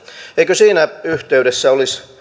eikö siinä yhteydessä olisi